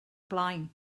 blaen